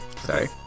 Sorry